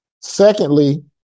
Secondly